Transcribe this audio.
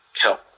help